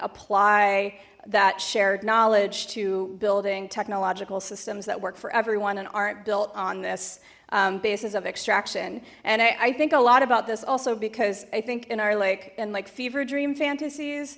apply that shared knowledge to building technological systems that work for everyone and aren't built on this basis of extraction and i think a lot about this also because i think in our lake in like fever dream fantasies